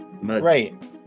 Right